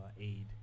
aid